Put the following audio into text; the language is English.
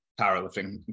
powerlifting